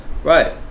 Right